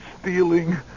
Stealing